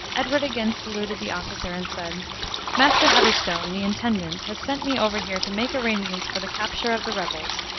edward again saluted the officer, and said master heatherstone, the intendant, has sent me over here to make arrangements for the capture of the rebels.